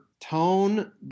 tone